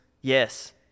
yes